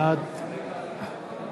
בעד